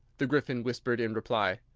the gryphon whispered in reply,